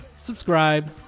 Subscribe